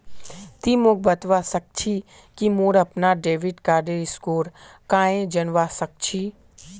ति मोक बतवा सक छी कि मोर अपनार डेबिट कार्डेर स्कोर कँहे जनवा सक छी